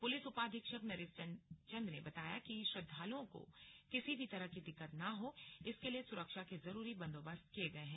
police उपाधीक्षक नरेश चन्द ने बताया कि श्रद्दालुओं को किसी भी तरह की दिक्कत न हो इसके लिए सुरक्षा के जरूरी बन्दोबस्त किए गये हैं